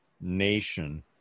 nation